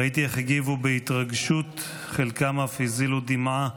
ראיתי איך הגיבו בהתרגשות, חלקם אף הזילו דמעה,